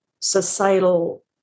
societal